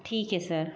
ठीक है सर